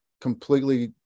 completely